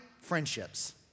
friendships